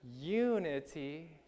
unity